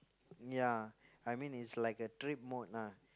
ya I mean is like a trip mode lah